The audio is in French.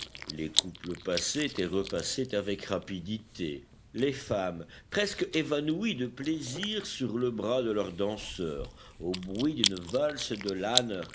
les couples passaient et repassaient avec rapidité les femmes presque évanouies de plaisir sur le bras de leur danseur au bruit d'une valse de lanner